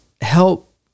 Help